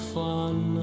fun